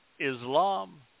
Islam